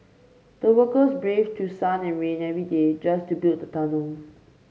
the workers braved through sun and rain every day just to build the tunnel